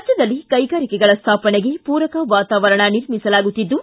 ರಾಜ್ಯದಲ್ಲಿ ಕೈಗಾರಿಕೆಗಳ ಸ್ಥಾಪನೆಗೆ ಪೂರಕ ವಾತಾವರಣ ನಿರ್ಮಿಸಲಾಗುತ್ತಿದ್ದು